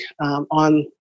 on